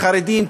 חרדים,